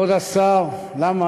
אדוני היושב-ראש, כבוד השר, למה?